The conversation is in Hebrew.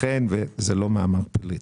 זה לא אמרה פוליטית.